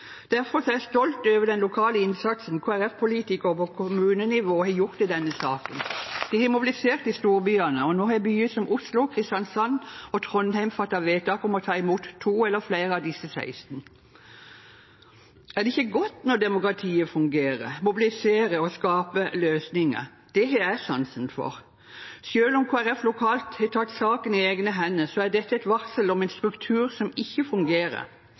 Derfor er jeg stolt over den lokale innsatsen Kristelig Folkeparti-politikere på kommunenivå har gjort i denne saken. De har mobilisert i storbyene, og nå har byer som Oslo, Kristiansand og Trondheim fattet vedtak om å ta imot to eller flere av disse 16. Er det ikke godt når demokratiet fungerer, mobiliserer og skaper løsninger? Det har jeg sansen for. Selv om Kristelig Folkeparti lokalt har tatt saken i egne hender, er dette et varsel om en struktur som ikke fungerer.